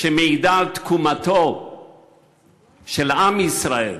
שמעידה על תקומתו של עם ישראל.